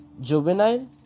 Juvenile